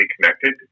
connected